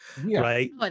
right